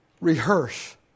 Rehearse